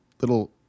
little